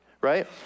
right